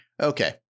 okay